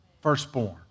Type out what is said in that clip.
Firstborn